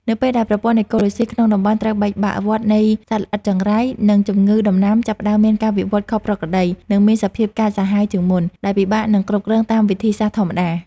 នៅពេលដែលប្រព័ន្ធអេកូឡូស៊ីក្នុងតំបន់ត្រូវបែកបាក់ វដ្តនៃសត្វល្អិតចង្រៃ និងជំងឺដំណាំចាប់ផ្ដើមមានការវិវត្តខុសប្រក្រតី និងមានសភាពកាចសាហាវជាងមុន ដែលពិបាកនឹងគ្រប់គ្រងតាមវិធីសាស្រ្តធម្មតា។